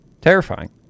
terrifying